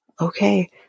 okay